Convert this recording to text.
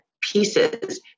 pieces